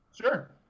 Sure